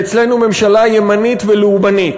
ואצלנו ממשלה ימנית ולאומנית.